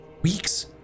Weeks